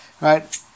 right